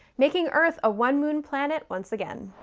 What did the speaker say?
making earth a one-moon planet once again.